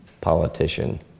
politician